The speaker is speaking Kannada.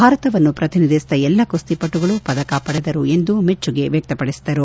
ಭಾರತವನ್ನು ಪ್ರತಿನಿಧಿಸಿದ ಎಲ್ಲ ಕುಸ್ತಿಪಟೂಗಳು ಪದಕ ಪಡೆದರು ಎಂದು ಮೆಚ್ಚುಗೆ ವ್ಯಕ್ತಪಡಿಸಿದರು